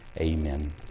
amen